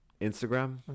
Instagram